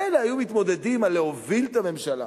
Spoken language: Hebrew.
מילא היו מתמודדים על להוביל את הממשלה.